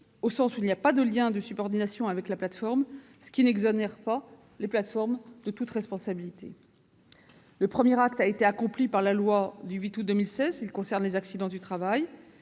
au sens où ils n'ont pas de lien de subordination avec la plateforme- cela n'exonère toutefois pas les plateformes de toute responsabilité. Le premier acte a été accompli par la loi du 8 août 2016 et concerne les accidents du travail.